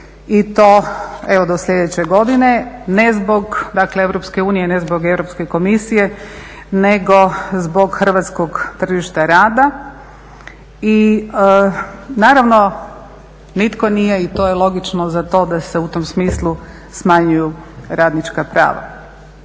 i to do sljedeće godine. Ne zbog EU, ne zbog Europske komisije nego zbog hrvatskog tržišta rada. I naravno nitko nije i to je logično za to da se u tom smislu smanjuju radnička prava.